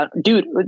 dude